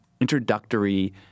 introductory